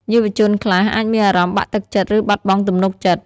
យុវជនខ្លះអាចមានអារម្មណ៍បាក់ទឹកចិត្តឬបាត់បង់ទំនុកចិត្ត។